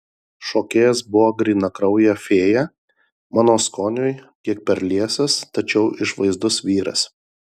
šokėjas buvo grynakraujė fėja mano skoniui kiek per liesas tačiau išvaizdus vyras